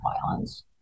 violence